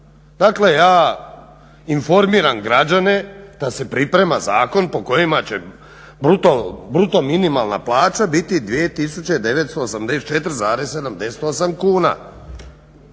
Dakle ja informiram građane da se priprema zakon po kojima će bruto minimalna plaća biti 2984,78 kuna.